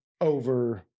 Over